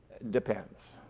depends.